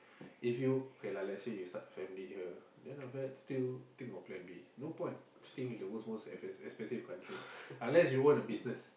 if you okay lah let's say you start a family here then after that still think of plan B no point staying in the world's most expensive expensive country unless you own a business